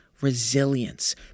resilience